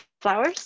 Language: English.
flowers